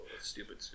Stupid